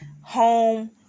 home